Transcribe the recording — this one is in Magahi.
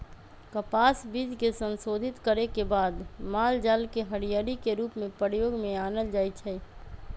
कपास बीज के संशोधित करे के बाद मालजाल के हरियरी के रूप में प्रयोग में आनल जाइ छइ